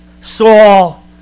Saul